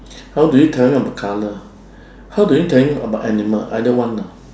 how do you tell him about colour how do you tell him about animal either one lah